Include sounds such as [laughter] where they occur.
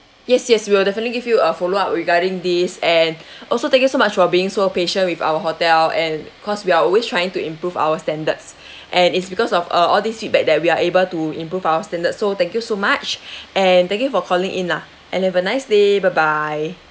yes yes we will definitely give you a follow up regarding this and [breath] also thank you so much for being so patient with our hotel and cause we are always trying to improve our standards and it's because of uh all these feedback that we are able to improve our standard so thank you so much [breath] and thank you for calling in lah and have a nice day bye bye